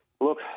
Look